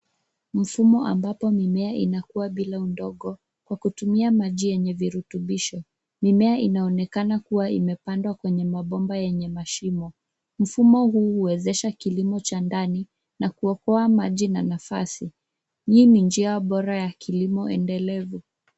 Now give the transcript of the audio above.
Mfumo ambapo mimea inakuwa bila udongo kwa kutumia maji yenye virutubisho. Mimea inaonekana kuwa imepandwa kwenye mabomba yenye mashimo. Mfumo huu huwezesha kilimo cha ndani na kuokoa maji na nafasi. Hii ni njia bora ya kilimo endelevu.